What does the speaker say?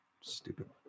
stupid